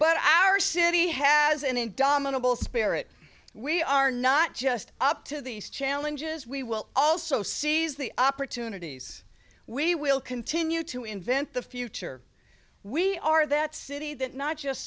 but our city has an indomitable spirit we are not just up to these challenges we will also sees the opportunities we will continue to invent the future we are that city that not just